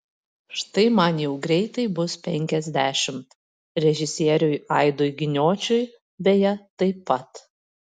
štai man jau greitai bus penkiasdešimt režisieriui aidui giniočiui beje taip pat